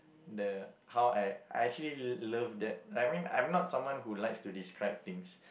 the how I I actually love that I mean I'm not someone who likes to describe things